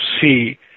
see